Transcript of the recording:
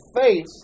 faith